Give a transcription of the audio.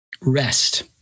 Rest